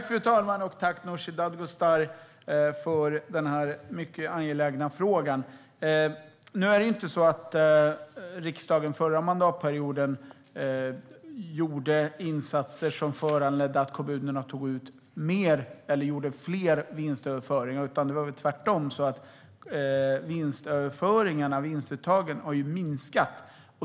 Fru talman! Jag tackar Nooshi Dadgostar för denna mycket angelägna fråga. Det var inte så att riksdagen under förra mandatperioden gjorde insatser som föranledde att kommunerna tog ut mer eller gjorde fler vinstöverföringar. Tvärtom har vinstöverföringarna och vinstuttagen minskat.